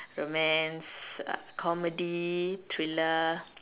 romance comedy thriller